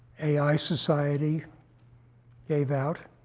ai society gave out.